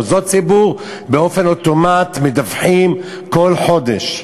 מוסדות ציבור באופן אוטומטי מדווחים כל חודש.